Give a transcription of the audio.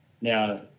Now